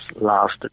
last